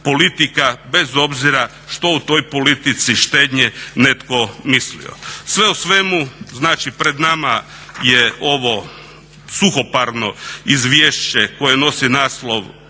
bez obzira što o toj politici štednje netko mislio. Sve u svemu znači pred nama je ovo suhoparno izvješće koje nosi naslov